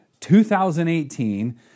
2018